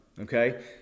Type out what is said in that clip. Okay